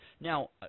Now